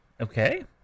Okay